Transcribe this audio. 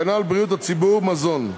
הגנה על בריאות הציבור (מזון);